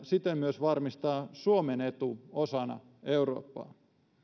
siten myös varmistaa suomen etu osana eurooppaa